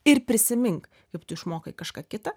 ir prisimink kaip tu išmokai kažką kitą